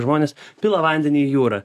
žmonės pila vandenį į jūrą